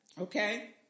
Okay